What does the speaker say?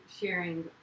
sharing